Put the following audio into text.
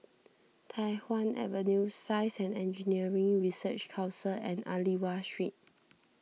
Tai Hwan Avenue Science and Engineering Research Council and Aliwal Street